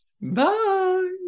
bye